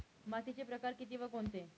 मातीचे प्रकार किती व कोणते?